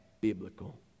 biblical